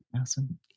Awesome